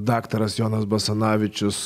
daktaras jonas basanavičius